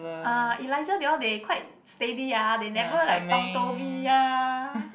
uh Elisha they all they quite steady ah they never like bao toh me ah